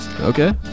Okay